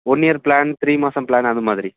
one year plan three மாதம் plan அது மாதிரி